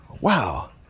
Wow